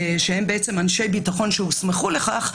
שהם בעצם אנשי ביטחון שהוסמכו לכך,